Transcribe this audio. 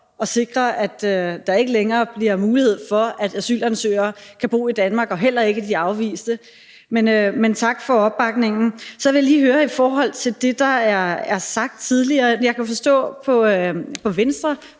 og sikre, at der ikke længere bliver mulighed for, at asylansøgere kan bo i Danmark, heller ikke de afviste. Men tak for opbakningen. Jeg vil lige stille et spørgsmål i forhold til det, der er sagt tidligere. Jeg kan forstå på Venstre